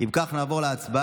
אם כך, נעבור להצבעה.